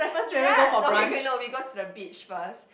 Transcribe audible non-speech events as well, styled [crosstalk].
[noise] okay okay no we go to the beach first